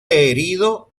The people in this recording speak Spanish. herido